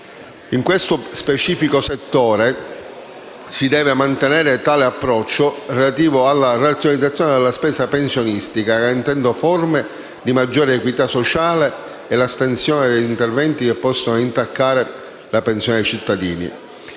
In questo specifico settore, si deve mantenere tale approccio, relativo alla razionalizzazione della spesa pensionistica, garantendo forme di maggiore equità sociale e l'astensione da interventi che possano intaccare la pensione dei cittadini.